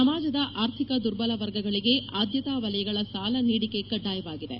ಸಮಾಜದ ಆರ್ಥಿಕ ದುರ್ಬಲ ವರ್ಗಗಳಿಗೆ ಆದ್ಯತಾ ವಲಯಗಳ ಸಾಲ ನೀಡಿಕೆ ಕಡ್ಡಾಯವಾಗಿದೆ